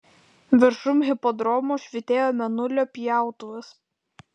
viršum hipodromo švytėjo mėnulio pjautuvas